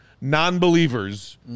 non-believers